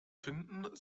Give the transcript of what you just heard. finden